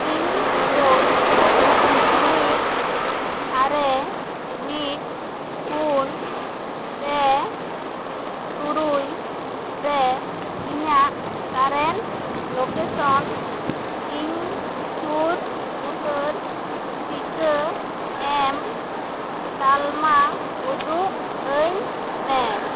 pincode ᱢᱤᱫ ᱟᱨᱮ ᱢᱤᱫ ᱥᱩᱱ ᱯᱮ ᱛᱩᱨᱩᱭ ᱨᱮ ᱤᱧᱟᱜ ᱠᱟᱨᱮᱱᱴ ᱞᱳᱠᱮᱥᱚᱱ ᱤᱧ ᱥᱩᱨ ᱩᱛᱟᱹᱨ ᱴᱤᱠᱟᱹ ᱮᱢ ᱛᱟᱞᱢᱟ ᱩᱫᱩᱜ ᱟᱹᱧ ᱢᱮ